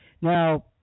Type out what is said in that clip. Now